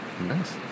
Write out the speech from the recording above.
nice